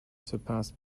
surpassed